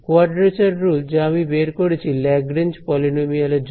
quadrature rule যা আমি বের করেছি ল্যাগরেঞ্জ পলিনোমিয়াল এর জন্য